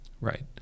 right